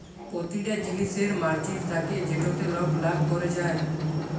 পতিটা জিলিসের মার্জিল থ্যাকে যেটতে লক লাভ ক্যরে যায়